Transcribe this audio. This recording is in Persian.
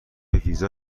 ویزا